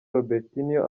robertinho